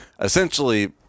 essentially